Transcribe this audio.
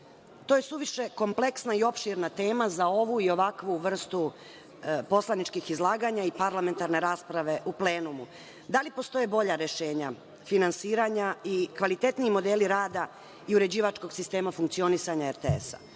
To je suviše kompleksna i opširna tema za ovu i ovakvu vrstu poslaničkih izlaganja i parlamentarne rasprave u plenumu. Da li postoje bolja rešenja finansiranja i kvalitetni modeli rada i uređivačkog sistema funkcionisanja RTS?